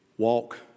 Walk